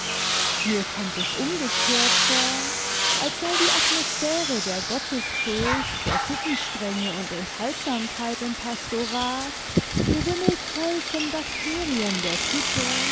mir konmit es umgekehrt vor als sei die atmosphäre der gottesfurcht der sittenstrenge und enthaltsamkeit im pastorat gewimmelt voll von bakterien der tücke